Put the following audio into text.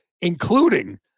including